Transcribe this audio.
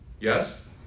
Yes